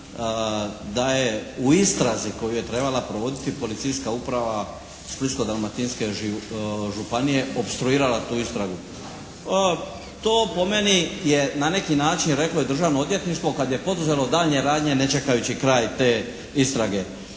da je u istrazi koju je trebala provoditi policijska uprava Splitsko-Dalmatinske županije opstruirala tu istragu. To po meni je na neki način reklo je Državno odvjetništvo kad je poduzelo daljnje radnje ne čekajući kraj te istrage.